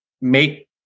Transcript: make